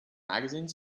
magazine